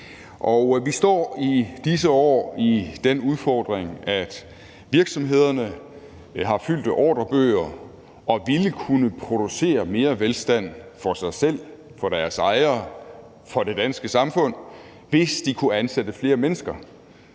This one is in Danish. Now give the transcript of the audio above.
vi står i disse år med den udfordring, at virksomhederne har fyldte ordrebøger og ville kunne producere mere velstand for sig selv, for deres ejere, for det danske samfund, hvis de kunne ansætte flere mennesker,